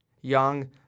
Young